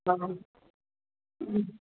जागोन